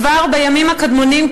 כבר בימים הקדמונים,